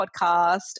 podcast